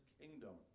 kingdom